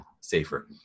safer